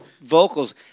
vocals